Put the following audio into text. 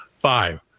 five